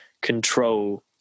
control